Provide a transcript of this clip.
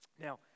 Now